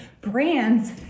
brands